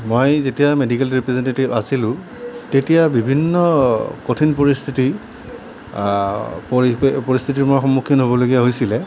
মই যেতিয়া medical representative আছিলোঁ তেতিয়া বিভিন্ন কঠিন পৰিস্থিতি পৰিৱেশ পৰিস্থিতিৰ মই সন্মুখীন হ'বলগীয়া হৈছিলে